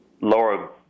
lower